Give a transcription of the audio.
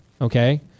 okay